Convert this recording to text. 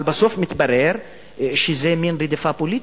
אבל בסוף מתברר שזה מין רדיפה פוליטית.